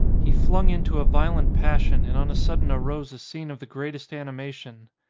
he flung into a violent passion and on a sudden arose a scene of the greatest animation.